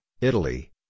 Italy